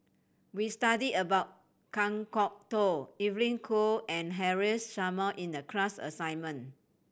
we studied about Kan Kwok Toh Evelyn Goh and Haresh Sharma in the class assignment